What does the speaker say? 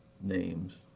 names